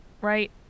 right